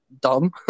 dumb